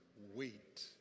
wait